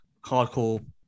hardcore